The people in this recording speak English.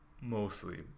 mostly